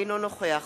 אינו נוכח